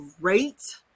great